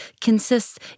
consists